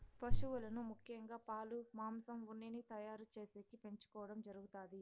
పసువులను ముఖ్యంగా పాలు, మాంసం, ఉన్నిని తయారు చేసేకి పెంచుకోవడం జరుగుతాది